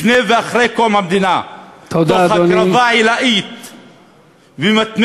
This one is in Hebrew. לפני ואחרי קום המדינה, תוך הקרבה עילאית ומתמדת,